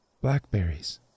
Blackberries